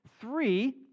Three